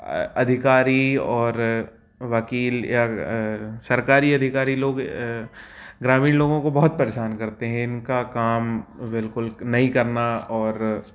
अधिकारी और वकील या सरकारी अधिकारी लोग ग्रामीण लोगों को बहुत परेशान करते हैं इनका काम बिल्कुल नहीं करना और